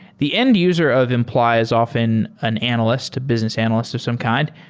the end user of imply is often an analyst, a business analyst of some kind.